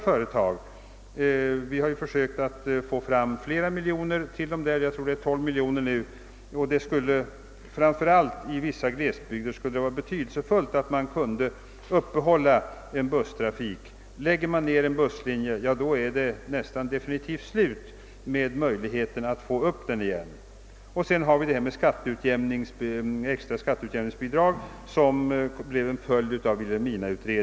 Vi har i motioner försökt att få fram ytterligare några miljoner kronor till dem — för närvarande tror jag att 12 miljoner kronor utgår — men motionerna har avslagits i avvaktan på utredning! Framför allt i vissa glesbygder skulle det vara betydelsefulli om man kunde uppehålla förefintlig busstrafik. Om man lägger ned en busslinje är det nästan definitivt slut med möjligheterna att ånyo få i gång den. Jag kan även nämna det extra skatteutjämningsbidrag som blev en följd av betänkandet »Lokal trafikservice«, och som gällde Vilhelminaområdet.